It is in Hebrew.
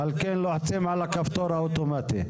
על כן לוחצים על הכפתור האוטומטי.